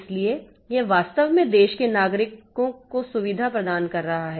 इसलिए यह वास्तव में देश के नागरिक को सुविधा प्रदान कर रहा है